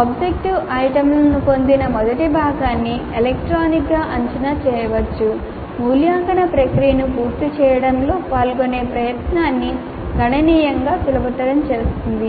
objective ఐటెమ్లను పొందిన మొదటి భాగాన్ని ఎలక్ట్రానిక్గా అంచనా వేయవచ్చు మూల్యాంకన ప్రక్రియను పూర్తి చేయడంలో పాల్గొనే ప్రయత్నాన్ని గణనీయంగా సులభతరం చేస్తుంది